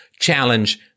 challenge